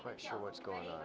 quite sure what's going on